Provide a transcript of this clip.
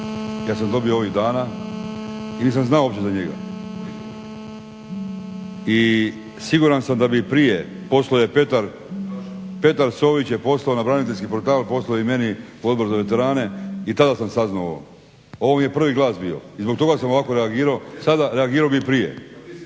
Kad sam dobio ovih dana nisam znao uopće za njega i siguran sam da bi prije, Petar Sović je poslao na braniteljski portal, poslao je i meni u Odbor za veterane i tada sam saznao. Ovo mi je prvi glas bio i zbog toga sam ovako reagirao sada, reagirao bih i prije.